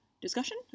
discussion